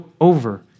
over